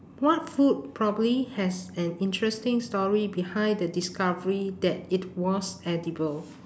what food probably has an interesting story behind the discovery that it was edible